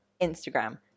Instagram